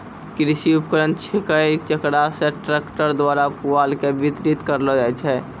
कृषि उपकरण छेकै जेकरा से ट्रक्टर द्वारा पुआल के बितरित करलो जाय छै